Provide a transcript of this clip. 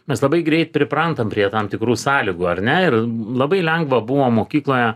mes labai greit priprantam prie tam tikrų sąlygų ar ne ir labai lengva buvo mokykloje